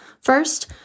First